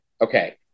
okay